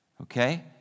Okay